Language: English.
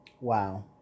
Wow